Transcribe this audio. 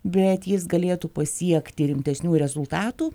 bet jis galėtų pasiekti rimtesnių rezultatų